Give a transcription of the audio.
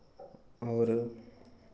और